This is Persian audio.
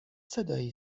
صدایی